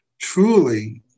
truly